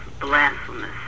blasphemous